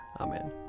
Amen